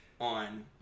on